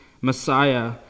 messiah